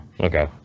Okay